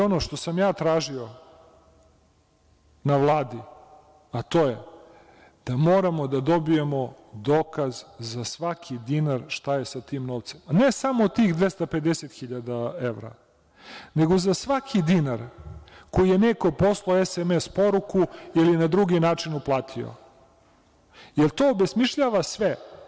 Ono što sam ja tražio na Vladi, to je da moramo da dobijemo dokaz za svaki dinar šta je sa tim novcem, ne samo tih 250.000 evra, nego za svaki dinar koji je neko poslao SMS poruku ili na drugi način uplatio, jer to obesmišljava sve.